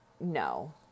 No